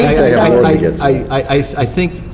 i yeah i think,